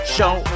Show